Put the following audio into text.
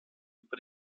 über